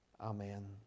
Amen